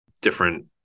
different